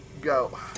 go